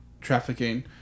trafficking